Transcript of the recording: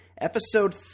Episode